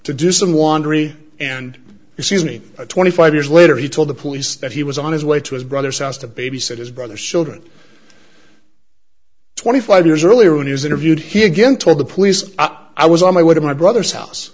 to do some wandering and he sees me twenty five years later he told the police that he was on his way to his brother's house to babysit his brother's shoulder and twenty five years earlier when he was interviewed he again told the police up i was on my way to my brother's house